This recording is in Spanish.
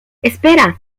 espera